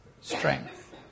strength